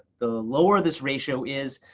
the lower this ratio is,